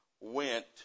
went